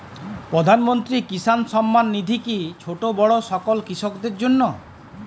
প্রধানমন্ত্রী কিষান সম্মান নিধি কি ছোটো বড়ো সকল কৃষকের জন্য?